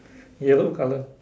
yellow colour